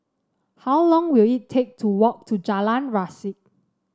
how long will it take to walk to Jalan Resak